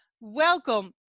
welcome